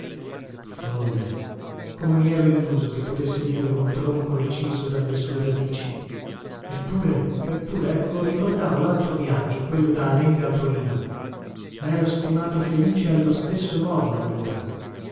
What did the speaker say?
folle come mi ero illuso che potesse vivere un tronco reciso dalle sue radici eppure eppure ecco ricordavo laltro viaggio quello da alenga a torino mero stimato felice allo stesso modo allora